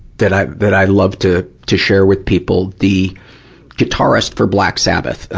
that i, that i love to, to share with people. the guitarist for black sabbath,